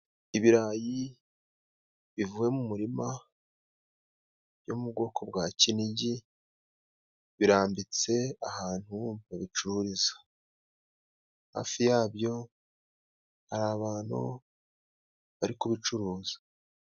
Ibirayi bivuye mu murima yo mu bwoko bwa kinigi, birambitse ahantu babicururiza, hafi yabyo hari abantu bari kubicuruza.